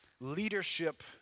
leadership